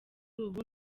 ubu